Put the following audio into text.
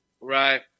Right